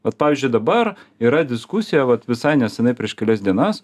vat pavyzdžiui dabar yra diskusija vat visai nesenai prieš kelias dienas